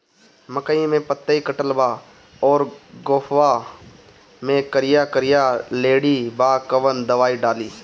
मकई में पतयी कटल बा अउरी गोफवा मैं करिया करिया लेढ़ी बा कवन दवाई डाली?